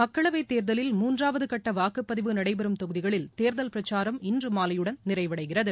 மக்களவைத் தேர்தலில் மூன்றாவது கட்ட வாக்குப்பதிவு நடைபெறும் தொகுதிகளில் தேர்தல் பிரச்சாரம் இன்று மாலையுடன் நிறைவடைகிறது